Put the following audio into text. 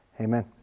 Amen